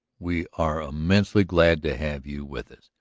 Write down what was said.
we are immensely glad to have you with us.